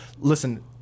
Listen